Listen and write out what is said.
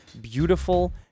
beautiful